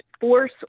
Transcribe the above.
force